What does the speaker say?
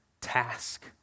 task